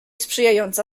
sprzyjająca